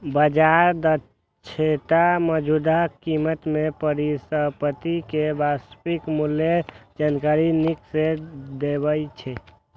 बाजार दक्षता मौजूदा कीमत मे परिसंपत्ति के वास्तविक मूल्यक जानकारी नीक सं दर्शाबै छै